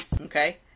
okay